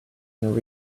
and